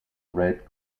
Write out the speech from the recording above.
red